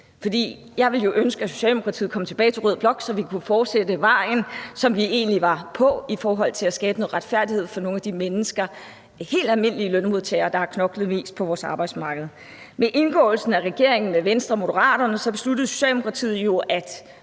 jeg ville jo ønske, at Socialdemokratiet kom tilbage til rød blok, så vi kunne fortsætte ad vejen, som vi egentlig var på, i forhold til at skabe noget retfærdighed for nogle af de mennesker, de helt almindelige lønmodtagere, der har knoklet mest på vores arbejdsmarked. Ved indgåelsen af regeringen med Venstre og Moderaterne, besluttede Socialdemokratiet jo, at